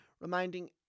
reminding